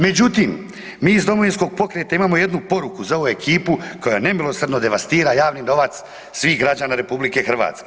Međutim, mi iz Domovinskog pokreta imamo jednu poruku za ovu ekipu koja nemilosrdno devastira javni novac svih građana RH.